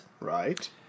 Right